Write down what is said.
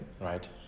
right